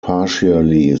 partially